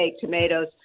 tomatoes